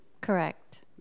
Correct